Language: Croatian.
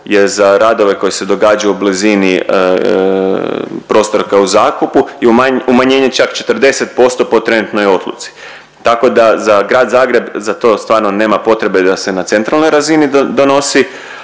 je za radove koji se događaju u blizini prostora koji je u zakupu je umanjenje čak 40% po trenutnoj odluci. Tako da za grad Zagreb za to stvarno nema potrebe da se na centralnoj razini donosi,